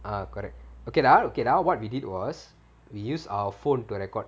ah correct okay ah okay ah what we did was we use our phone to record